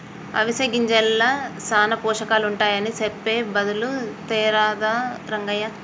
అవిసె గింజల్ల సానా పోషకాలుంటాయని సెప్పె బదులు తేరాదా రంగయ్య